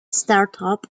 startup